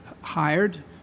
hired